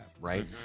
right